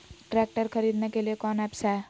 Tractor खरीदने के लिए कौन ऐप्स हाय?